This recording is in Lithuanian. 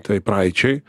tai praeičiai